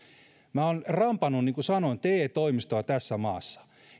minä olen rampannut niin kuin sanoin te toimistoissa tässä maassa